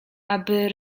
aby